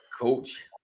coach